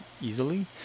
easily